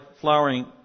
flowering